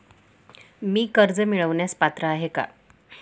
मी कर्ज मिळवण्यास पात्र आहे का?